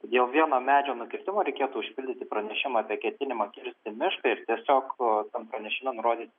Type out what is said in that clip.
dėl vieno medžio nukirtimo reikėtų užpildyti pranešimą apie ketinimą kirsti mišką ir tiesiog tuo tam pranešime nurodyti